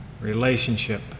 Relationship